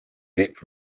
dip